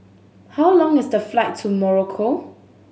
how long is the flight to Morocco